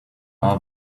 are